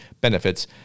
benefits